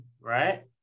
right